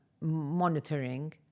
monitoring